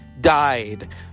Died